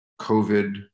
COVID